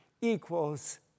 equals